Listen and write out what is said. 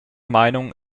meinung